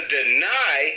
deny